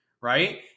right